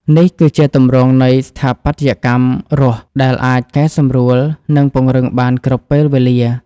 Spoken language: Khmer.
នេះគឺជាទម្រង់នៃ ស្ថាបត្យកម្មរស់ ដែលអាចកែសម្រួល និងពង្រឹងបានគ្រប់ពេលវេលា។